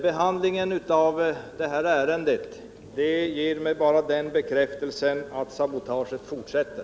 Behandlingen av det här ärendet ger mig en bekräftelse på att sabotaget fortsätter.